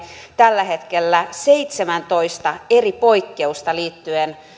tällä hetkellä seitsemäntoista eri poikkeusta liittyen